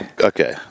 Okay